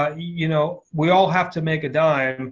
ah you know, we all have to make a dime,